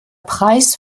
preis